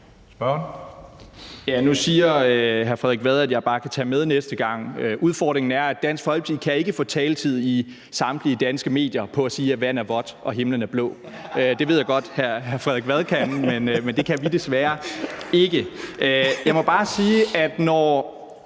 Nu siger hr. Frederik Vad, at jeg bare kan tage med næste gang. Udfordringen er, at Dansk Folkeparti ikke kan få taletid i samtlige danske medier ved at sige, at vand er vådt og himlen er blå. Det ved jeg godt at hr. Frederik Vad kan, men det kan vi desværre ikke. Når ordføreren siger, at